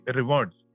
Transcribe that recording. rewards